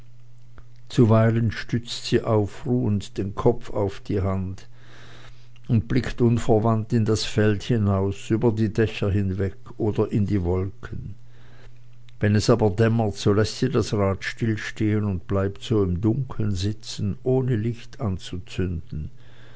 zuweilen stützt sie ausruhend den kopf auf die hand und blickt unverwandt in das feld hinaus über die dächer weg oder in die wolken wenn es aber dämmert so läßt sie das rad stillstehen und bleibt so im dunkeln sitzen ohne licht anzuzünden